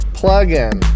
plug-in